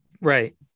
Right